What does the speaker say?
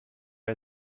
her